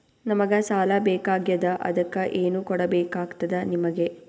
ನಮಗ ಸಾಲ ಬೇಕಾಗ್ಯದ ಅದಕ್ಕ ಏನು ಕೊಡಬೇಕಾಗ್ತದ ನಿಮಗೆ?